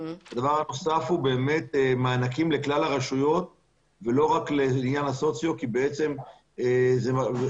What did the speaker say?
דבר נוסף מענקים לכלל הרשויות ולא רק לעניין הסוציו כי בעצם חלק